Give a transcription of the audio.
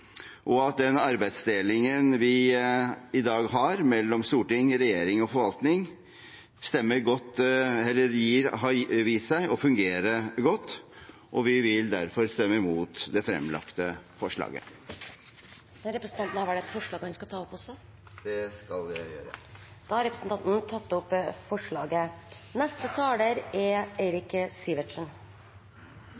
og den arbeidsdelingen vi i dag har mellom storting, regjering og forvaltning, har vist seg å fungere godt. Vi vil derfor stemme mot det fremlagte representantforslaget. Jeg tar med dette opp forslaget fra Høyre, Fremskrittspartiet og Kristelig Folkeparti. Representanten Olemic Thommessen har tatt opp det forslaget han